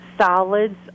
Solids